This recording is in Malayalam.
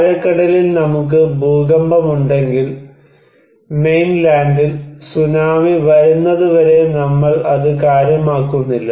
ആഴക്കടലിൽ നമുക്ക് ഭൂകമ്പമുണ്ടെങ്കിൽ മെയിൻ ലാന്റിൽ സുനാമി വരുന്നതുവരെ നമ്മൾ അത് കാര്യമാക്കുന്നില്ല